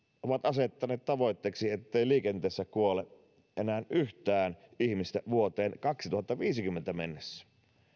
on asettanut tavoitteeksi ettei liikenteessä kuole enää yhtään ihmistä vuoteen kaksituhattaviisikymmentä mennessä